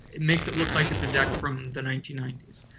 it makes it look like it's a deck from the nineteen ninety s.